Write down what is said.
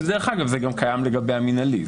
דרך אגב, זה גם קיים לגבי המינהלי.